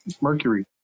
Mercury